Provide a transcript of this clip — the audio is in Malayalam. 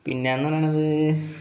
പിന്നെ എന്ന് പറയുന്നത്